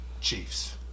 Chiefs